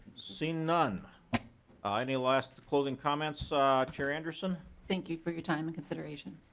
seeing none ah any last closing comments ah chair anderson? thank you for your time and consideration.